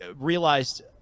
realized